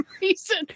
reason